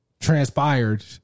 transpired